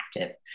active